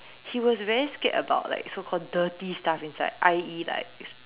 he was very scared about like so called dirty stuff inside ie like